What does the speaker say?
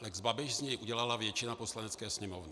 Lex Babiš z něj udělala většina Poslanecké sněmovny.